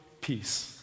peace